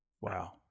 Wow